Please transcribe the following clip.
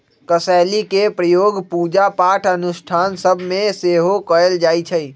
कसेलि के प्रयोग पूजा पाठ अनुष्ठान सभ में सेहो कएल जाइ छइ